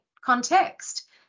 context